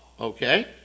Okay